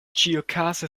ĉiukaze